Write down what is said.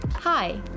Hi